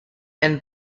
and